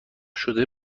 شده